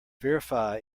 verify